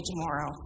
tomorrow